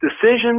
decisions